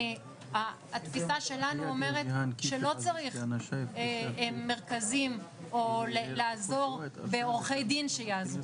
התפיסה שלנו אומרת שלא צריך מרכזים או לעזור בעורכי דין שיעזרו,